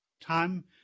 time